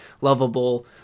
lovable